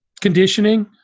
conditioning